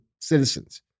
citizens